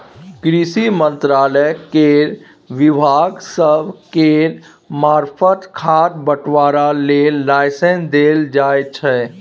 कृषि मंत्रालय केर विभाग सब केर मार्फत खाद बंटवारा लेल लाइसेंस देल जाइ छै